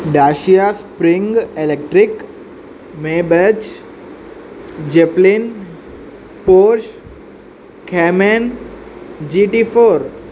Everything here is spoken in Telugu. డాషియా Spring Electric Maybach Zeppelin Porsche Cayman GT four